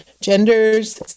genders